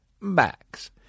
Max